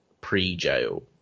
Pre-jail